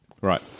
Right